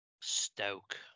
Stoke